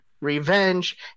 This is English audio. revenge